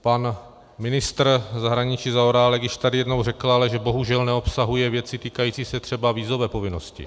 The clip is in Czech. Pan ministr zahraničí Zaorálek již tady jednou řekl, že ale bohužel neobsahuje věci týkající se třeba vízové povinnosti.